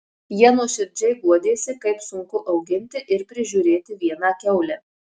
jie nuoširdžiai guodėsi kaip sunku auginti ir prižiūrėti vieną kiaulę